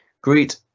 Greet